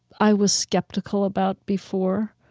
i was skeptical about before.